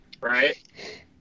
Right